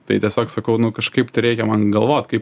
tai tiesiog sakau nu kažkaip tai reikia man galvot kaip